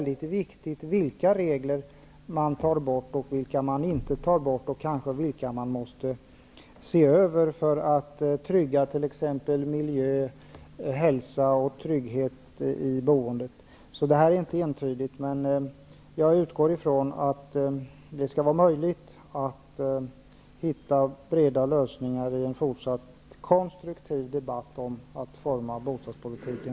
Det är viktigt vilka regler man tar bort och vilka som är kvar, och vilka regler som man kanske måste se över för att trygga t.ex. miljö, hälsa och trygghet i boendet. Detta är inte entydigt. Jag utgår från att det skall vara möjligt att hitta breda lösningar i en fortsatt konstruktiv debatt om att forma bostadspolitiken.